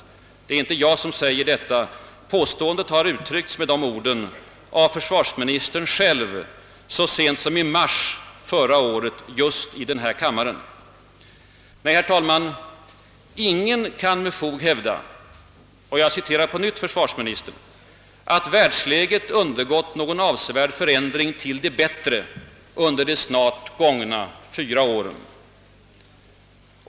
Det är inte bara jag som säger detta. Påståendet har uttryckts med dessa ord av försvarsministern själv så sent som i mars förra året just i denna kammare, Nej, herr talman, »ingen kan med fog hävda» — och jag citerar på nytt försvarsministern — »att världsläget undergått någon avsevärd förändring till det bättre under de snart gångna fyra åren».